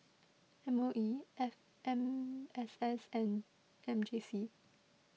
M O E F M S S and M J C